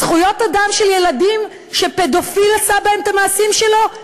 זכויות אדם של ילדים שפדופיל עשה בהם את המעשים שלו,